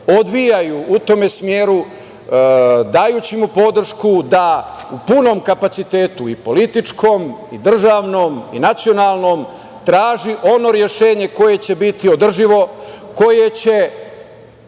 odvijaju u tom smeru dajući mu podršku da u punom kapacitetu i političkom, i državnom, i nacionalnom traži ono rešenje koje će biti održivo, koje se